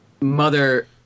Mother